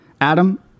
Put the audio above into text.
Adam